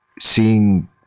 Seeing